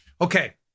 okay